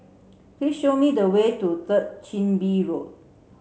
please show me the way to Third Chin Bee Road